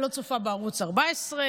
אני לא צופה בערוץ 14,